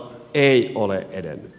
ei ole edennyt